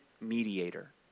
mediator